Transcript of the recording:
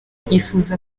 yifuza